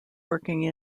working